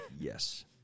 yes